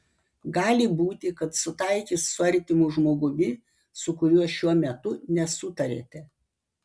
gali būti kad sutaikys su artimu žmogumi su kuriuo šiuo metu nesutariate